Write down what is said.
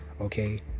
okay